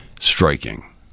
Striking